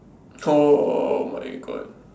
oh my god